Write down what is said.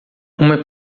uma